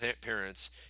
parents